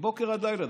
מבוקר עד לילה.